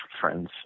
friends